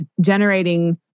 generating